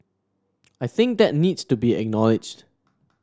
I think that needs to be acknowledged